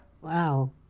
Wow